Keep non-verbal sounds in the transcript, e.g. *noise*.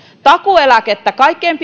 takuueläkettä kaikkein *unintelligible*